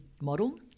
model